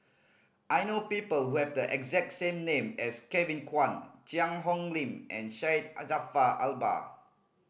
I know people who have the exact same name as Kevin Kwan Cheang Hong Lim and Syed Jaafar Albar